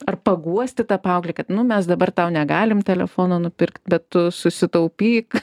ar paguosti tą paauglį kad nu mes dabar tau negalime telefono nupirkt bet tu susitaupyk